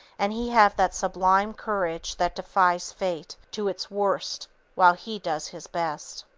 and he have that sublime courage that defies fate to its worst while he does his best.